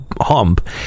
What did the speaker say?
hump